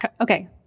Okay